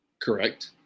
Correct